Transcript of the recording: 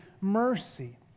mercy